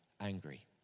angry